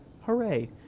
Hooray